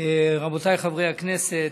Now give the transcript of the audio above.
רבותיי חברי הכנסת,